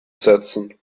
setzen